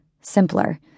simpler